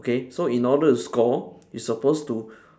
okay so in order to score you supposed to